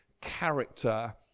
character